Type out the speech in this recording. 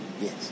yes